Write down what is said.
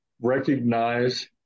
recognize